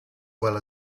well